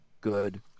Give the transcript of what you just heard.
good